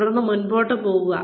തുടർന്ന് മുന്നോട്ട് പോകുക